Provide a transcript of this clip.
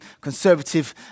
conservative